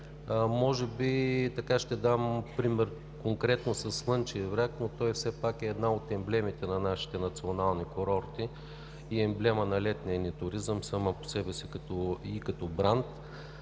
общини. Ще дам пример конкретно със Слънчев бряг. Той все пак е една от емблемите на нашите национални курорти и емблема на летния ни туризъм само по себе си и като бранд.